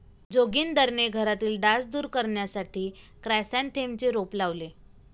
जोगिंदरने घरातील डास दूर करण्यासाठी क्रायसॅन्थेममचे रोप लावले